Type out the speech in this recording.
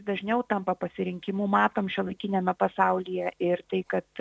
dažniau tampa pasirinkimu matom šiuolaikiniame pasaulyje ir tai kad